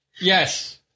Yes